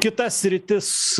kitas sritis